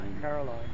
Caroline